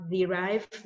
derive